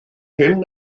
hyn